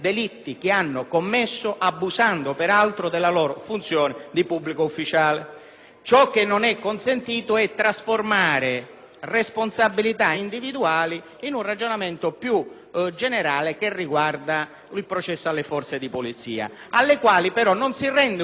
Ciò che non è consentito è trasformare responsabilità individuali in un ragionamento più generale che si traduca in un processo alle Forze di polizia, alle quali però non si rende un buon servizio quando si pensa che qualsiasi tema debba essere affrontato